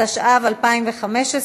התשע"ו 2015,